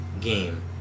game